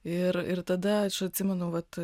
ir ir tada aš atsimenu vat